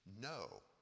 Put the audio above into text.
No